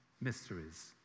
mysteries